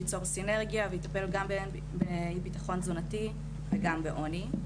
שייצור סינרגיה ויטפל גם באי ביטחון תזונתי וגם בעוני.